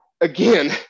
again